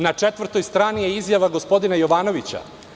Na 4. strani je izjava gospodina Jovanovića.